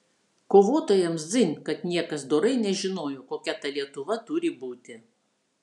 kovotojams dzin kad niekas dorai nežinojo kokia ta lietuva turi būti